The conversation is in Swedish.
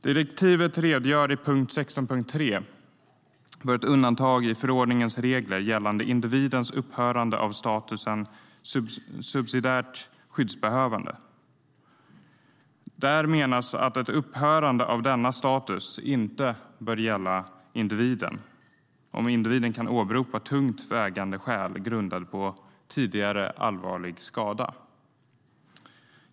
Direktivet redogör i punkt 16.3 för ett undantag från förordningens regler gällande upphörande för individen av statusen subsidiärt skyddsbehövande. Där menas att ett upphörande av denna status inte bör gälla om individen kan åberopa tungt vägande skäl grundade på "tidigare allvarlig skada".